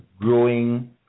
growing